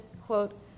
quote